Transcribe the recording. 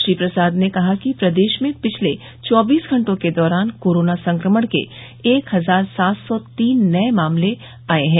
श्री प्रसाद ने कहा कि प्रदेश में पिछले चौबीस घंटे के दौरान कोरोना संक्रमण के एक हजार सात सौ तीन नये मामले आये हैं